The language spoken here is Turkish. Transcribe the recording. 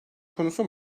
konusu